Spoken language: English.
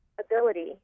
ability